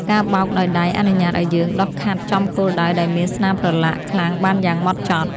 ការបោកដោយដៃអនុញ្ញាតឱ្យយើងដុសខាត់ចំគោលដៅដែលមានស្នាមប្រឡាក់ខ្លាំងបានយ៉ាងហ្មត់ចត់។